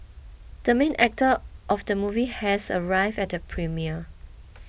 the main actor of the movie has arrived at the premiere